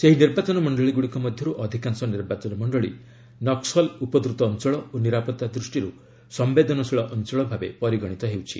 ସେହି ନିର୍ବାଚନ ମଣ୍ଡଳୀଗୁଡ଼ିକ ମଧ୍ୟରୁ ଅଧିକାଂଶ ନିର୍ବାଚନ ମଣ୍ଡଳୀ ନକ୍କଲ୍ ଉପଦ୍ରତ ଅଞ୍ଚଳ ଓ ନିରାପଭା ଦୃଷ୍ଟିରୁ ସମ୍ଭେଦନଶୀଳ ଅଞ୍ଚଳ ଭାବେ ପରିଗଣିତ ହେଉଛି